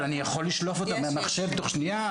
אבל אני יכול לשלוף אותה מהמחשב תוך שנייה.